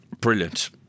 Brilliant